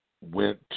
went